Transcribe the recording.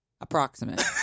Approximate